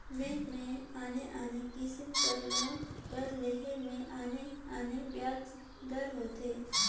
bank में आने आने किसिम कर लोन कर लेहे में आने आने बियाज दर होथे